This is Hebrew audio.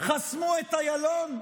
חסמו את איילון?